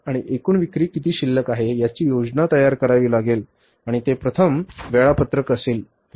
आणि एकुण विक्री किती शिल्लक आहे याची योजना तयार करावी लागेल आणि ते प्रथम वेळापत्रक असेल